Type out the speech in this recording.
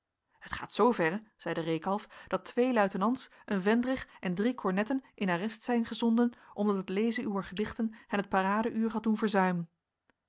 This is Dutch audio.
het gaat zooverre zeide reekalf dat twee luitenants een vendrig en drie kornetten in arrest zijn gezonden omdat het lezen uwer gedichten hen het parade uur had doen verzuimen